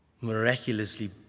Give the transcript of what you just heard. miraculously